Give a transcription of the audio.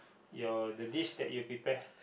your the dish that you prepare